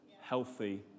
healthy